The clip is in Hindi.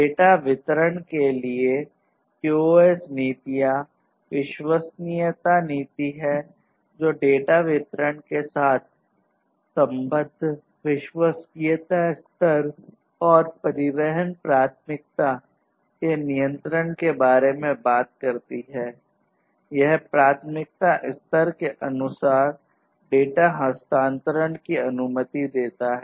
डेटा वितरण के लिए QoS नीतियां विश्वसनीयता नीति है जो डेटा वितरण के साथ संबद्ध विश्वसनीयता स्तर की अनुमति देता है